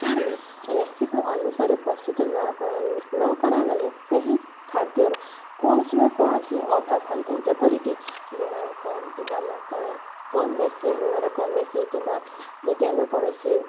କାରଣ ରେସିପ ଅନୁସାରେ ପ୍ରସ୍ତୁତ ନ ନ କରାଗଲେ ସେହି ଖାଦ୍ୟର କୌଣସି ନା କୌଣସି ଅଭାବ ହୋଇଥାଏ ଯେପରିକି ଲୁଣର କମ୍ କିମ୍ବା ଲଙ୍କାରେ କମ୍ ବେଶୀ ଲୁଣରେ କମ୍ ବେଶି କିମ୍ବା ଯଦି ଆମେ କୌଣସି